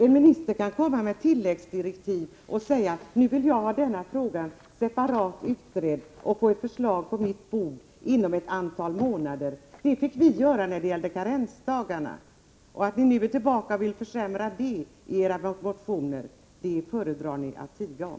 En minister kan utfärda tilläggsdirektiv och säga att han vill ha en fråga separat utredd och få ett förslag på sitt bord inom ett antal månader. Det fick vi socialdemokrater göra när det gällde karensdagarna. Att ni nu kommit tillbaka med motioner om försämring av de villkoren föredrar ni att tiga om.